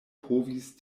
povis